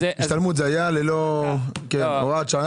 ההשתלמות, בהוראת שעה.